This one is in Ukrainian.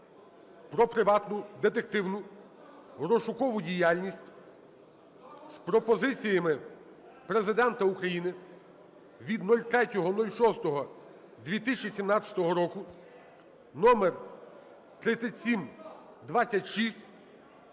"Про приватну детективну (розшукову) діяльність" з пропозиціями Президента України від 03.06.2017 року (№ 3726)